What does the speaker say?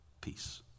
peace